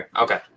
Okay